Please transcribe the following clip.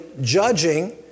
judging